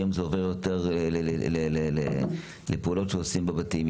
היום זה עובר, יותר ויותר, לפעולות שעושים בבתים.